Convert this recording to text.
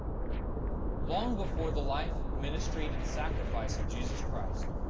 long before the life, ministry and sacrifice of jesus christ,